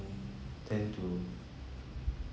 tend to